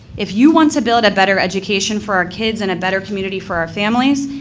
if you want to build a better education for our kids and a better community for our families,